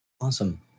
Awesome